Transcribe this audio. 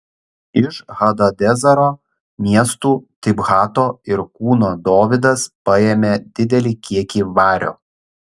iš hadadezero miestų tibhato ir kūno dovydas paėmė didelį kiekį vario